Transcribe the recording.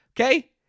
Okay